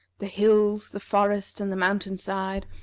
the hills, the forest, and the mountain-side,